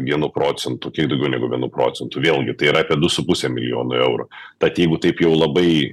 vienu procentu kiek daugiau negu vienu procentu vėlgi tai yra apie du su puse milijonų eurų tad jeigu taip jau labai